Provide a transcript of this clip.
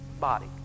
body